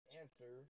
answer